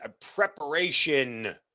Preparation